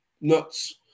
nuts